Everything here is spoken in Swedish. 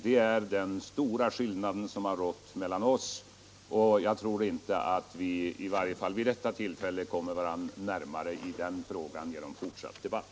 Det är den stora skillnad som rått mellan våra uppfattningar, och jag tror inte att vi nu kommer varandra närmare i den frågan genom fortsatt debatt.